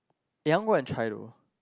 eh I want go and try though